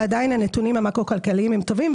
ועדיין הנתונים המקרו-כלכליים הם טובים.